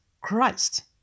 Christ